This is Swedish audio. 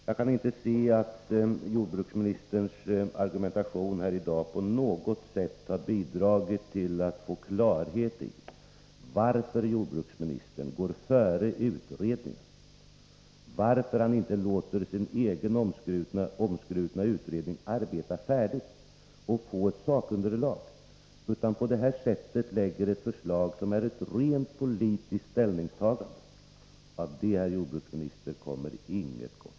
Jag kan inte se att jordbruksministerns argumentation här i dag på något sätt har bidragit till att få klarhet i varför jordbruksministern gått före utredningen och inte låtit sin egen omskrutna utredning arbeta färdigt och få ett sakunderlag, utan på detta sätt lägger fram ett förslag som är ett rent politiskt ställningstagande. Av det här, jordbruksministern, kommer inget gott.